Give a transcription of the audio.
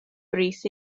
brys